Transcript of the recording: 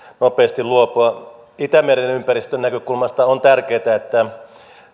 nopeasti luopua itämeren ympäristön näkökulmasta on tärkeää että